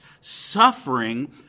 suffering